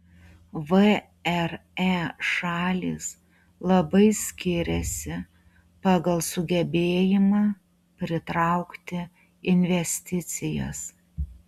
vre šalys labai skiriasi pagal sugebėjimą pritraukti investicijas